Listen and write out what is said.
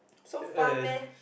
so fun meh